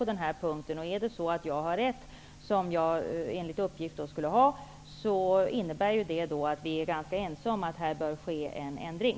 Om det är så att jag har rätt -- vilket jag enligt uppgift har -- innebär det att vi är ense om att här bör ske en ändring.